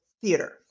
theater